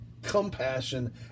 Compassion